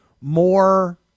more